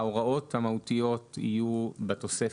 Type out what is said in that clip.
ההוראות המהותיות יהיו בתוספת,